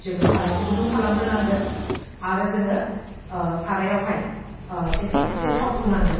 जोङो साराइखौ गुदुं खालामग्रोनांगोन आरो जोङो साराइयावहाय एसे एसे थाव फुननांगोन